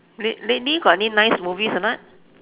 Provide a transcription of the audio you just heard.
late~ lately got any nice movies or not